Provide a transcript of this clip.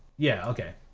yeah okay.